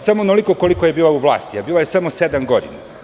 Samo onoliko koliko je bila u vlasti, a bila je samo sedam godina.